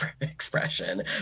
expression